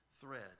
thread